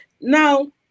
now